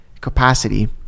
capacity